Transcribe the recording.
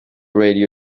radio